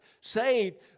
saved